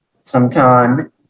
sometime